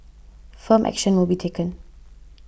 firm action will be taken